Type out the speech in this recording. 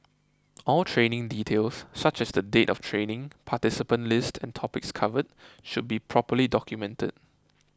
all training details such as the date of training participant list and topics covered should be properly documented